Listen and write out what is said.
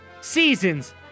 seasons